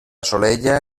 solella